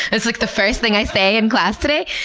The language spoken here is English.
it's like the first thing i say in class today.